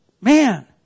Man